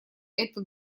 это